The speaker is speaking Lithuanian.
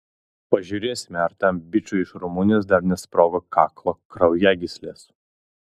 pažiūrėsime ar tam bičui iš rumunijos dar nesprogo kaklo kraujagyslės